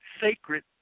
Sacred